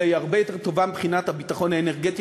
אלא היא הרבה יותר טובה מבחינת הביטחון האנרגטי.